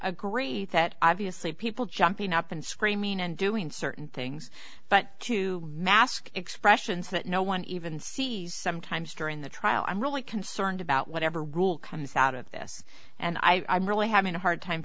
agree that obviously people jumping up and screaming and doing certain things but to mask expressions that no one even sees sometimes during the trial i'm really concerned about whatever rule comes out of this and i merely having a hard time